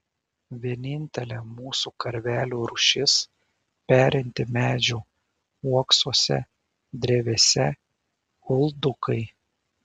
vienintelė mūsų karvelių rūšis perinti medžių uoksuose drevėse uldukai